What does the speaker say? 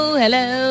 hello